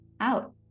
out